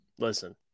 listen